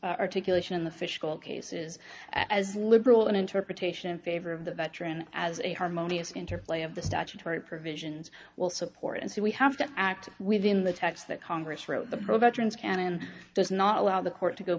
articulation in the fishbowl cases as liberal an interpretation in favor of the veteran as a harmonious interplay of the statutory provisions well supported so we have to act within the text that congress wrote the productions can and does not allow the court to go